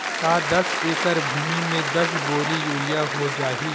का दस एकड़ भुमि में दस बोरी यूरिया हो जाही?